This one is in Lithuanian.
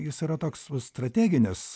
jis yra toks strateginis